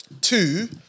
Two